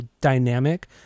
dynamic